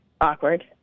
awkward